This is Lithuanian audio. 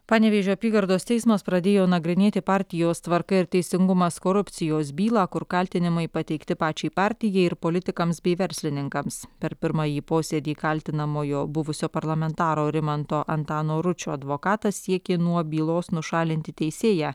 panevėžio apygardos teismas pradėjo nagrinėti partijos tvarka ir teisingumas korupcijos bylą kur kaltinimai pateikti pačiai partijai ir politikams bei verslininkams per pirmąjį posėdį kaltinamojo buvusio parlamentaro rimanto antano ručio advokatas siekė nuo bylos nušalinti teisėją